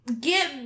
get